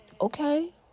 Okay